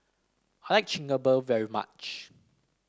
I like Chigenabe very much